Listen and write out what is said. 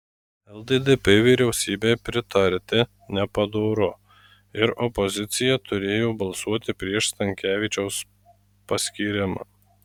lddp vyriausybei pritarti nepadoru ir opozicija turėjo balsuoti prieš stankevičiaus paskyrimą